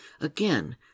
Again